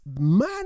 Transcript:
man